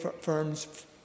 firms